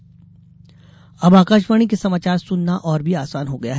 news channel अब आकाशवाणी के समाचार सुनना और भी आसान हो गया है